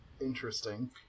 Interesting